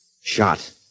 Shot